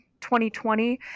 2020